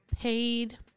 paid